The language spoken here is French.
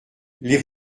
les